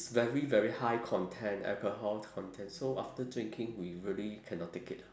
it's very very high content alcohol content so after drinking we really cannot take it ah